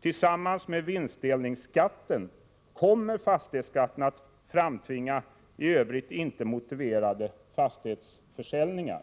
Tillsammans med vinstdelningsskatten kommer fastighetsskatten att framtvinga i övrigt inte motiverade fastighetsförsäljningar.